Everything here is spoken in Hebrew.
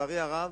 לצערי הרב,